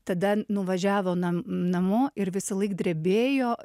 tada nuvažiavo nam namo ir visąlaik drebėjo